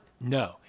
No